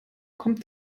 kommt